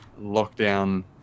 lockdown